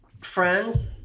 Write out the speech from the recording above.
friends